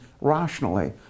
rationally